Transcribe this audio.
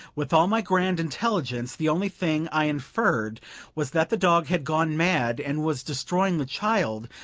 with all my grand intelligence, the only thing i inferred was that the dog had gone mad and was destroying the child,